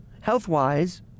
health-wise